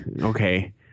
Okay